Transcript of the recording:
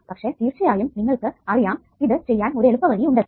പക്ഷെ തീർച്ചയായും നിങ്ങൾക്ക് അറിയാം ഇത് ചെയ്യാൻ ഒരു എളുപ്പവഴി ഉണ്ടെന്നു